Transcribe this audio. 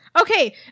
Okay